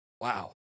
Wow